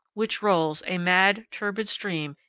which rolls, a mad, turbid stream,